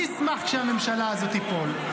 מי ישמח כשהממשלה הזו תיפול?